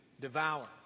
devour